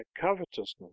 covetousness